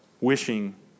wishing